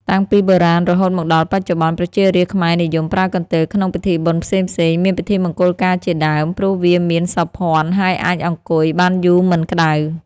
តាំងពីបុរាណរហូតមកដល់បច្ចុប្បន្ន ប្រជារាស្ត្រខ្មែរនិយមប្រើកន្ទេលក្នុងពិធីបុណ្យផ្សេងៗ មានពិធីមង្គលការជាដើម ព្រោះវាមានសោភ័ណ ហើយអាចអង្គុយ បានយូរមិនក្តៅ ។